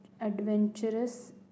adventurous